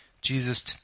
Jesus